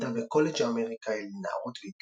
למדה בקולג' האמריקאי לנערות והתקבלה,